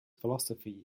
philosophy